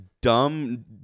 dumb